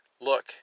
look